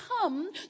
come